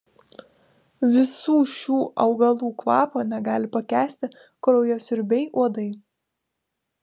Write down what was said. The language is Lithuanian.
visų šių augalų kvapo negali pakęsti kraujasiurbiai uodai